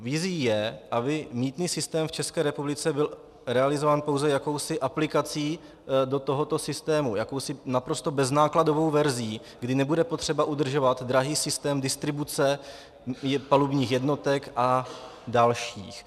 Vizí je, aby mýtný systém v České republice byl realizován pouze jakousi aplikací do tohoto systému, jakousi naprosto beznákladovou verzí, kdy nebude třeba udržovat drahý systém distribuce palubních jednotek a dalších.